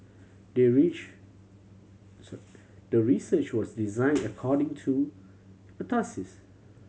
the reach the research was design according to